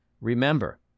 Remember